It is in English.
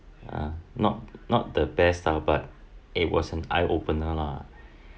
uh not not the best ah but it was an eye opener lah